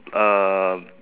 uh